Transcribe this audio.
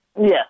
yes